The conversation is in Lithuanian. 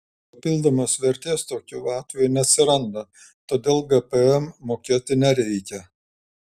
papildomos vertės tokiu atveju neatsiranda todėl gpm mokėti nereikia